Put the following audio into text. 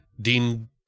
Dean